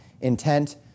intent